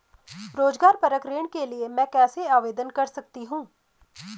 रोज़गार परक ऋण के लिए मैं कैसे आवेदन कर सकतीं हूँ?